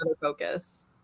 focus